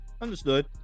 Understood